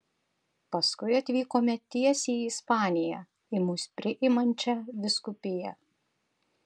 paskui atvykome tiesiai į ispaniją į mus priimančią vyskupiją